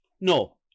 no